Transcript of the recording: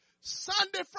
Sunday